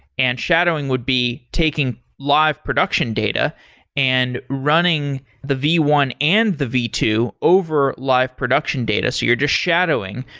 and shadowing would be taking live production data and running the v one and the v two over live production data. so you're just shadowing.